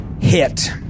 Hit